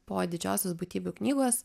po didžiosios būtybių knygos